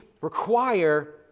require